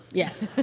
yes